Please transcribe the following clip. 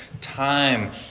time